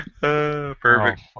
perfect